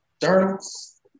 journals